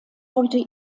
heute